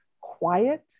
quiet